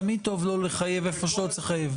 תמיד טוב לא לחייב היכן שלא צריך לחייב.